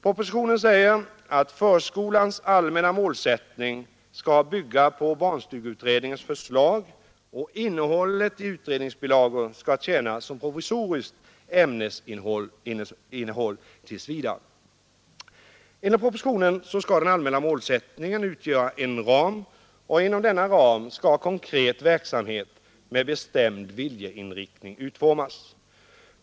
Propositionen säger att förskolans allmänna målsättning skall bygga på barnstugeutredningens förslag, och innehållet i utredningsbilagor skall tjäna som provisoriskt ämnesinnehåll tills vidare. Enligt propositionen skall den allmänna målsättningen utgöra en ram, och inom denna ram skall konkret verksamhet med bestämd viljeinriktning utformas.